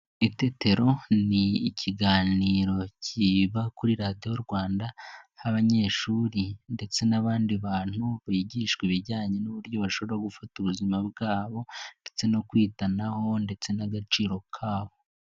Itetero ni ikiganiro kiba kuri radiyo Rwanda aho abanyeshuri ndetse n'abandi bantu bigishwa ibijyanye no gufata ubuzima bwabo ndetse no kwitanaho ndetse n'agaciro kabo.